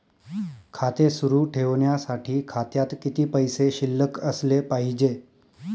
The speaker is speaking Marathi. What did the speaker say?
खाते सुरु ठेवण्यासाठी खात्यात किती पैसे शिल्लक असले पाहिजे?